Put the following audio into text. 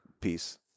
piece